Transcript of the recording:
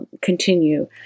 continue